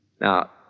Now